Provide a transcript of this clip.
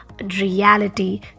reality